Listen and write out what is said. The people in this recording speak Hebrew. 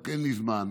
רק אין לי זמן,